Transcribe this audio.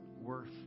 worth